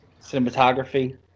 Cinematography